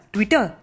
Twitter